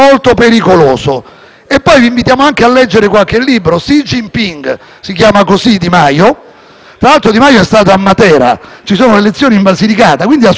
Tra l'altro di Maio è stato a Matera, perché ci sono le elezioni in Basilicata, e ha scoperto che Matera è in Basilicata e non in Puglia. Complimenti anche a Di Maio perché nel tempo si imparano tante cose.